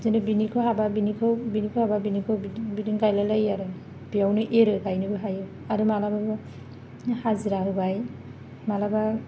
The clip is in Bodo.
बिदिनो बेनिखौ हाबा बेनिखौ बेनिखौ हाबा बेनिखौ बिदिनो गायलाय लायो आरो बेयावनो एरो गायनोबो हायो आरो माब्लाबा माब्लाबा हाजिरा होबाय माब्लाबा